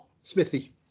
Smithy